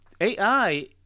AI